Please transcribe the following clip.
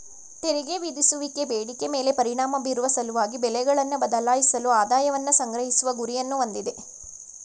ತೆರಿಗೆ ವಿಧಿಸುವಿಕೆ ಬೇಡಿಕೆ ಮೇಲೆ ಪರಿಣಾಮ ಬೀರುವ ಸಲುವಾಗಿ ಬೆಲೆಗಳನ್ನ ಬದಲಾಯಿಸಲು ಆದಾಯವನ್ನ ಸಂಗ್ರಹಿಸುವ ಗುರಿಯನ್ನ ಹೊಂದಿದೆ